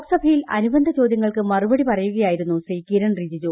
ലോക്സഭയിൽ അനുബന്ധ ചോദൃങ്ങൾക്ക് മറുപടി പറയുകയായിരുന്ന ശ്രീ കിരൺ റിജിജു